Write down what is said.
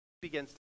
begins